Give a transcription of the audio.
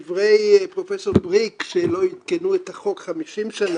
לדברי פרופ' בריק, שלא עדכנו את החוק 50 שנה,